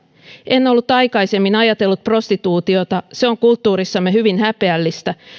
en ollut aikaisemmin ajatellut prostituutiota se on kulttuurissamme hyvin häpeällistä